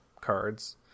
cards